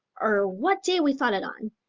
or what day we thought it on.